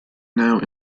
now